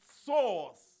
source